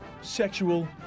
sexual